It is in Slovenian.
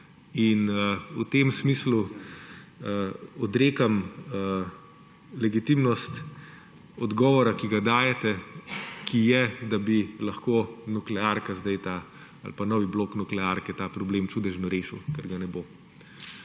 V tem smislu odrekam legitimnost odgovora, ki ga dajete, ki je, da bi lahko nuklearka, zdaj ta ali pa novi blok nuklearke, čudežno rešila, ker ga ne bo.